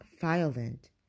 violent